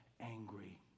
angry